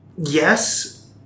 Yes